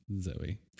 Zoe